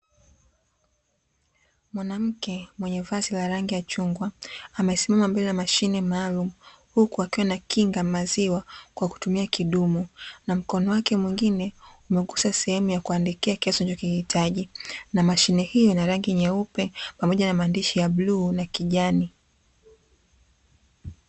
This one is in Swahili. Mwanamke mwenye vazi la rangi ya chungwa, amesimama mbele mashine maalumu huku akiwa anakinga maziwa kwa tumia kidumu, na mkono wake mwingine umegusa sehemu ya kuandikia kiasi unachokihitaji. Mashine hiyo ina rangi nyeupe pamoja na maandishi ya bluu na kijani.